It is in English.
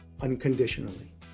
unconditionally